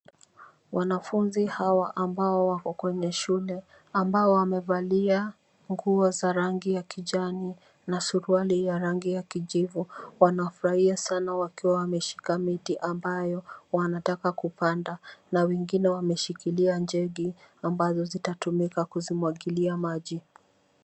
Wanafunzi hawa ambao wako kwenye shule ambao wamevalia nguo za rangi ya kijani na suruali ya rangi ya kijivu wanafurahia sana wakiwa wameshika miti ambayo wanataka kupandwa na wengine wameshika ambzazo zinatumika kumwagilia maji.